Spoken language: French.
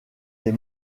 des